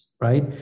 right